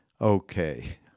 okay